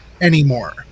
anymore